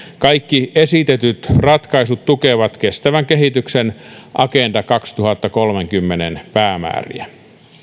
kaikki esitetyt ratkaisut tukevat kestävän kehityksen agenda kaksituhattakolmekymmentän päämääriä